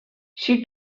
she